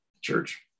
church